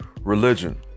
religion